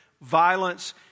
violence